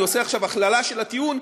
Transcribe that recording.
אני עושה עכשיו הכללה של הטיעון,